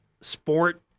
sport